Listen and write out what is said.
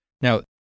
Now